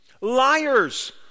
Liars